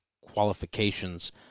qualifications